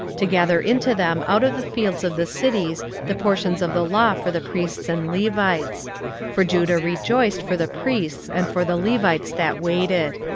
to gather into them out of the fields of the cities the portions of the law for the priests and levites for judah rejoiced for the priests and for the levites that waited.